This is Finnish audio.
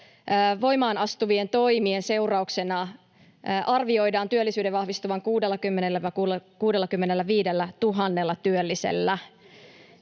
voimaan astuvien toimien seurauksena arvioidaan työllisyyden vahvistuvan 60 000—65 000 työllisellä.